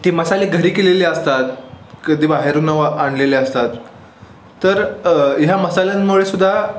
ती मसाले घरी केलेली असतात कधी बाहेरून व आणलेले असतात तर ह्या मसाल्यांमुळे सुद्धा